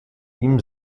ihm